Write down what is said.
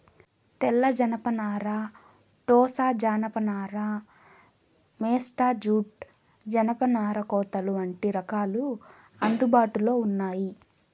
తెల్ల జనపనార, టోసా జానప నార, మేస్టా జూట్, జనపనార కోతలు వంటి రకాలు అందుబాటులో ఉన్నాయి